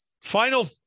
Final